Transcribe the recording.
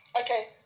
okay